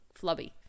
flubby